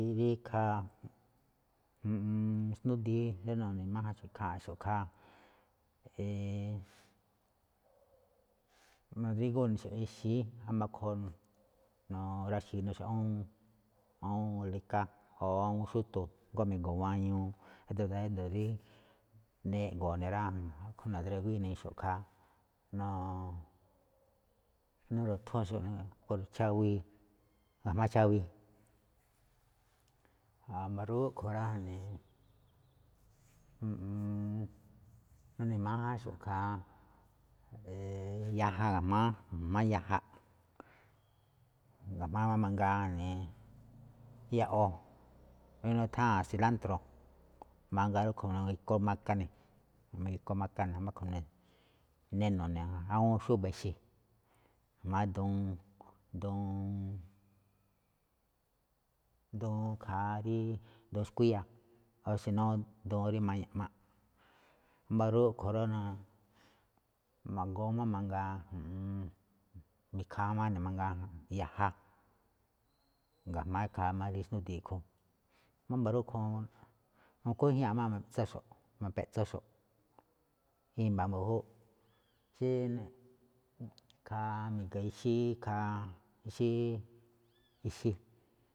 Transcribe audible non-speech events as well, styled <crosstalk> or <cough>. Rí ikhaa <hesitation> ju̱ꞌuun xndúdii rí nu̱ṉe máján ikháanꞌxo̱ꞌ ikhaa, <hesitation> <noise> nu̱drígúxo̱ꞌ ná ixi̱í wámba̱ rúꞌkhue̱n nu̱raxi̱i̱xo̱ꞌ ne aẃuun, aẃuun leká o awúun xúto̱ jngó mi̱go̱o̱ mañuu, ídó rí neꞌgo̱o̱ ne̱ rá. A̱ꞌkhue̱n nu̱rawíixo̱ꞌ ikhaa noo, <hesitation> nu̱ro̱thónxo̱ꞌ ne̱ por cháwíi, gajma̱á chawi, wámba̱ rúꞌkhue̱n rá, ja̱ꞌnee, <hesitation> <noise> ju̱ꞌuun nu̱ne̱ májánxo̱ꞌ ikhaa <hesitation> yaja ga̱jma̱á ga̱jma̱á yaja, ga̱jma̱á máꞌ mangaa ja̱ꞌnee <noise> ya̱ꞌo̱, <noise> rí nutháa̱n silántro̱, mangaa rúꞌkhue̱n ma̱gi̱ku maka ne̱, ma̱gi̱ku maka ne̱, wámba̱ rúꞌkhue̱n, ne neno̱ ne̱ awúun xúba̱ ixe̱, jma̱á duun, duun, <hesitation> duun ikhaa rí, duun skuíya̱, o si nó duun rí maña̱ꞌ máꞌ, wámba̱ rúꞌkhue̱n rá, naa ma̱goo máꞌ mangaa, ju̱ꞌuun, mi̱khaa máꞌ ne̱ mangaa yaja, ga̱jma̱á rí ikhaa rí xndúdii a̱ꞌkhue̱n. Wámba̱ rúꞌkhue̱n nakuíjñáa̱ꞌxo̱ꞌ ma̱peꞌtsóxo̱ꞌ. I̱mba̱ mbu̱júꞌ <noise> xí ikhaa mi̱ga̱ ixí ikhaa <noise> ixí <noise> ixí.